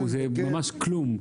זה פשוט כלום.